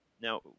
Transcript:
Now